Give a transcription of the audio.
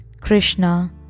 Krishna